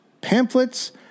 pamphlets